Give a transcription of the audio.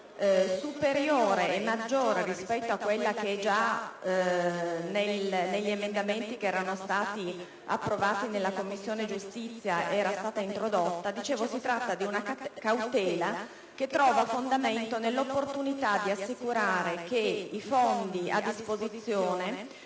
in Commissione giustizia. Si tratta di una cautela che trova fondamento nell'opportunità di assicurare che i fondi a disposizione